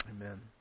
amen